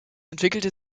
entwickelte